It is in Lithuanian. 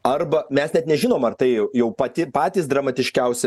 arba mes net nežinom ar tai jau pati patys dramatiškiausi